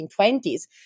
1920s